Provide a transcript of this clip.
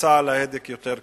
הלחיצה על ההדק יותר קלה.